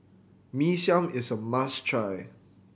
Mee Siam is a must try